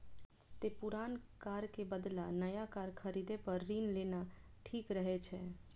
तें पुरान कार के बदला नया कार खरीदै पर ऋण लेना ठीक रहै छै